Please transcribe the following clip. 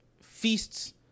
feasts